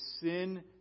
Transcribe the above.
sin